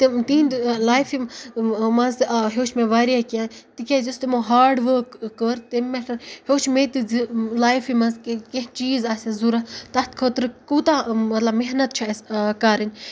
تِم تِہِنٛدۍ لایفہِ منٛز تہِ آ ہیوٚچھ مےٚ واریاہ کینٛہہ تِکیٛازِ یۄس تِمو ہاڈ وٲک کٔر تیٚمۍ ہیوٚچھ مےٚ تہِ زِ لایفہِ منٛز کینٛہہ کینٛہہ چیٖز آسہِ ضوٚرَتھ تَتھ خٲطرٕ کوٗتاہ مطلب محنت چھِ اَسہِ کَرٕنۍ